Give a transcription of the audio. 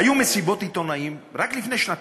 היו מסיבות עיתונאים רק לפני שנתיים,